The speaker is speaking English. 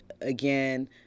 again